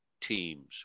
teams